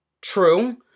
True